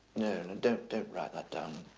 no and don't don't write that down